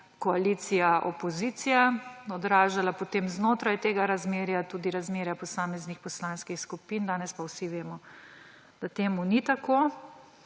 koalicija : opozicija, odražala bi potem znotraj tega razmerja tudi razmerja posameznih poslanskih skupin. Danes pa vsi vemo, da temu ni tako.